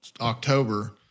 October